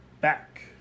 back